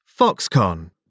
Foxconn